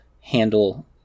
handle